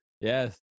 Yes